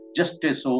justice